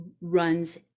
runs